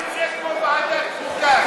ועדת חוקה.